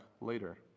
later